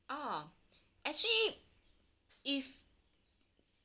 oh actually if